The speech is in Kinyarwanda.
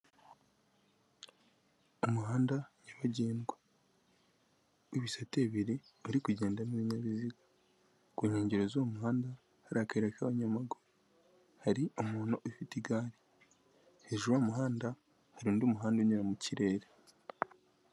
Umuhanda nyabagendwa w'ibisate bibiri uri kugendamo ibinyabiziga, ku nkengero z'uwo muhanda hari akayira k'abanyamaguru, hari umuntu ufite igare, hejuru y'umuhanda hari undi muhanda unyura mu kirere.